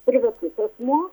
privatus asmuo